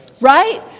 Right